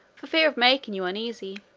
for fear of making you uneasy.